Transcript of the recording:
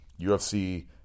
UFC